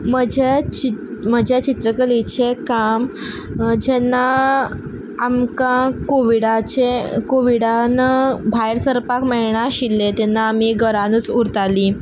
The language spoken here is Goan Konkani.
म्हज्या चि म्हज्या चित्रकलेचें काम जेन्ना आमकां कोविडाचें कोविडान भायर सरपाक मेळना आशिल्लें तेन्ना आमी घरानूच उरतालीं